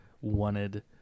wanted –